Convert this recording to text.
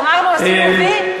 גמרנו, עשינו "וי"?